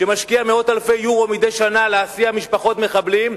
שמשקיע מאות אלפי יורו מדי שנה להסיע משפחות מחבלים,